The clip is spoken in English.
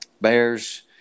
Bears